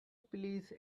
please